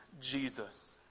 Jesus